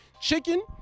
chicken